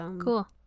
Cool